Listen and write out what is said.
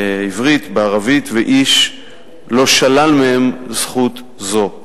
בעברית, בערבית, ואיש לא שלל מהם זכות זו.